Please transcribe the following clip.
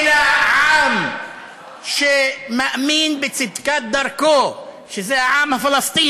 אם תסתכל תראה שגם הכותל שם,